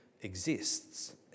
exists